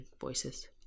voices